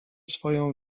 swoją